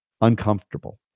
uncomfortable